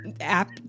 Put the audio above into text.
app